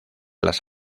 las